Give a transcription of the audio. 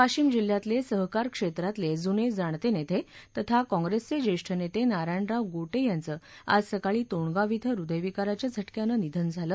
वाशिम जिल्ह्यातले सहकार क्षेत्रातले जूने जाणते नेते तथा काँप्रेसचे जेष्ठ नेते नारायणराव गोटे यांच आज सकाळी तोंडगाव क्षे हृदयविकाराच्या झटक्यानं निधन झालं